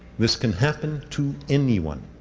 this can happen to anyone.